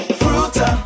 fruta